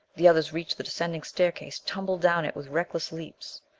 the others reached the descending staircase, tumbled down it with reckless leaps.